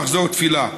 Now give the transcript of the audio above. בידו מחזור תפילה.